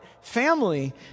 family